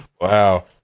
Wow